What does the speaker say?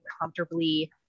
comfortably